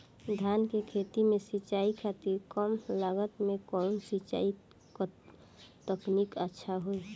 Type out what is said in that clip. धान के खेती में सिंचाई खातिर कम लागत में कउन सिंचाई तकनीक अच्छा होई?